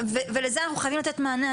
ולזה אנחנו חייבים לתת מענה,